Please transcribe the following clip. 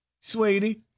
Sweetie